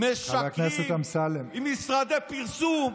חבר הכנסת אמסלם משקרים, עם משרדי פרסום,